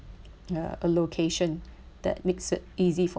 the allocation that makes it easy for